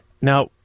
Now